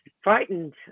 frightened